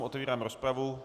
Otevírám rozpravu.